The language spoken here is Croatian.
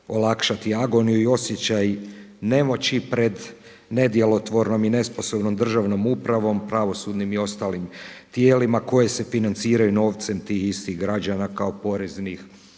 olakšati agoniju i osjećaj nemoći pred nedjelotvornom i nesposobnom državnom upravom pravosudnim i ostalim tijelima koji se financiraju novcem tih istih građana kao poreznih